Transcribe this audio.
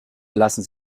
lassen